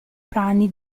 brani